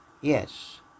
yes